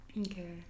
okay